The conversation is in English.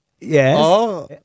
yes